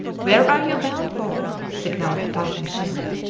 where are you bound for? signalled a passing ship.